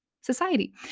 society